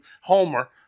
Homer